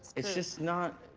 it's just not,